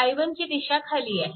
i1 ची दिशा खाली आहे